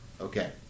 Okay